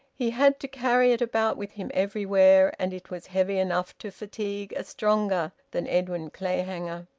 he had to carry it about with him everywhere, and it was heavy enough to fatigue a stronger than edwin clayhanger.